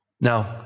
Now